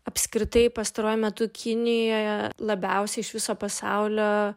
apskritai pastaruoju metu kinijoje labiausiai iš viso pasaulio